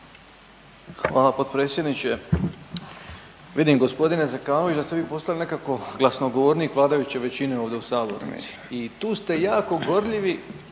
Hvala potpredsjedniče. Vidim g. Zekanović da ste vi postali nekako glasnogovornik vladajuće većine ovdje u sabornici i tu ste jako gorljivi